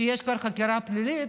שיש כבר חקירה פלילית,